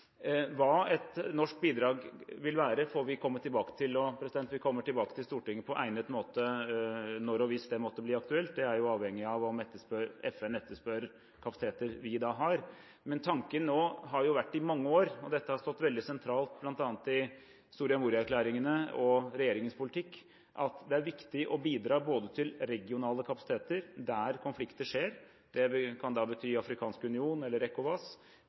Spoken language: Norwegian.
Hva et norsk bidrag vil være, får vi komme tilbake til. Vi kommer tilbake til Stortinget på egnet måte når og hvis det måtte bli aktuelt. Det er avhengig av om FN etterspør kapasiteter vi har. Tanken har i mange år vært – dette har stått veldig sentralt bl.a. i Soria Moria-erklæringene og regjeringens politikk – at det er viktig å bidra både til regionale kapasiteter der konflikter skjer, det kan da bety Den afrikanske union eller ECOWAS,